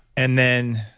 and then,